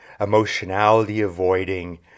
emotionality-avoiding